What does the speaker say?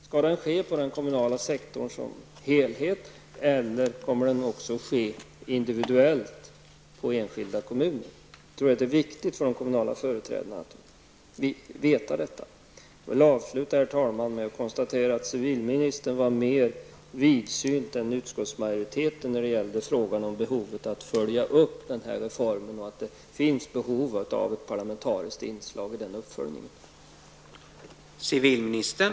Skall den ske på den kommunala sektorn som helhet eller kommer den också att ske individuellt för enskilda kommuner? Jag tror att det är viktigt för de kommunala företrädarna att veta detta. Herr talman! Jag konstaterar att civilministern är mer vidsynt än utskottsmajoriteten när det gäller frågan om behov av att följa upp reformen och att det finns behov av ett parlamentariskt inslag i den uppföljningen.